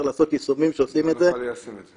לעשות יישומים שעושים את זה --- לא נוכל ליישם את זה.